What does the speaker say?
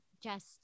just-